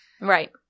Right